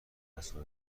اساتید